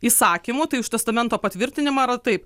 įsakymu tai už testamento patvirtinimą yra taip